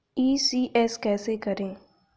ECS कैसे करें?